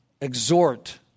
exhort